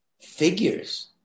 figures